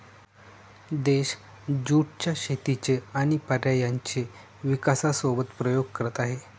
देश ज्युट च्या शेतीचे आणि पर्यायांचे विकासासोबत प्रयोग करत आहे